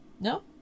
No